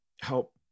help